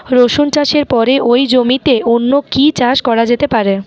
রসুন চাষের পরে ওই জমিতে অন্য কি চাষ করা যেতে পারে?